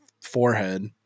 forehead